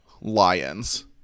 lions